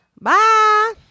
Bye